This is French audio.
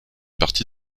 partie